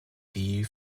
die